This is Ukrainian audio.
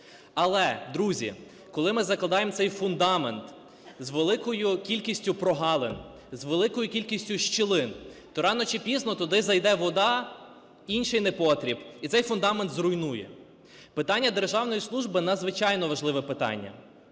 Але, друзі, коли ми закладаємо цей фундамент з великою кількістю прогалин, з великою кількістю щілин, то рано, чи пізно туди зайде вода, інший непотріб і цей фундамент зруйнує. Питання державної служби надзвичайно важливе питання.